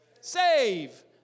save